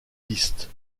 piste